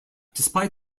despite